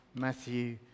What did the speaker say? Matthew